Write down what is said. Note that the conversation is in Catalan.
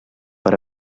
per